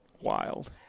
wild